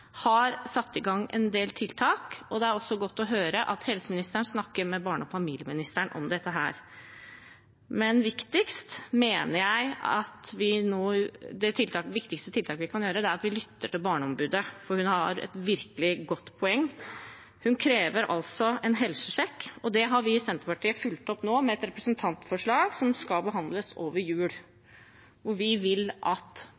har satt i gang en del tiltak, og det er godt å høre at helseministeren snakker med barne- og familieministeren om dette. Men det viktigste vi kan gjøre, er at vi lytter til barneombudet, for hun har et virkelig godt poeng. Hun krever altså en helsesjekk, og det har vi i Senterpartiet fulgt opp nå med et representantforslag, som skal behandles over jul, hvor vi vil at